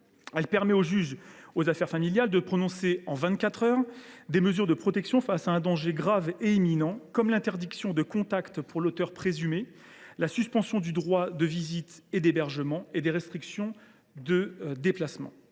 permet au juge aux affaires familiales de prononcer en 24 heures des mesures de protection, comme l’interdiction de contact pour l’auteur présumé, la suspension du droit de visite et d’hébergement et des restrictions de déplacement.